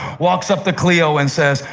walks up to cleo and says,